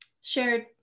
shared